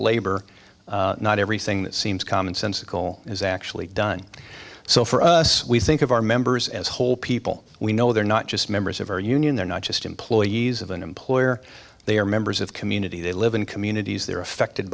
labor not everything that seems common sensical is actually done so for us we think of our members as whole people we know they're not just members of our union they're not just employees of an employer they are members of community they live in communities they're affected